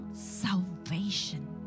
Salvation